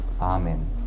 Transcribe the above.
Amen